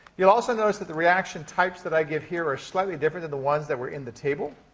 you'll also notice that the reaction types that i give here are slightly different than the ones that were in the table,